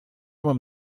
mam